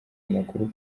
amakuru